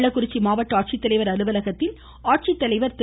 கள்ளக்குறிச்சி மாவட்ட ஆட்சித்தலைவர் அலுவலகத்தில் ஆட்சித்தலைவர் திரு